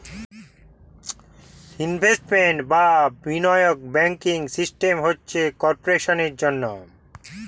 investment বা বিনিয়োগ banking system হচ্ছে কর্পোরেশনের জন্যে